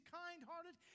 kind-hearted